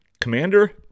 commander